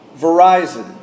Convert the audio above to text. Verizon